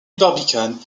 barbicane